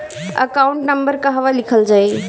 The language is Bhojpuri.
एकाउंट नंबर कहवा लिखल जाइ?